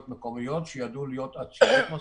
מקומיות שידעו להיות עצמאיות מספיק,